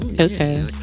okay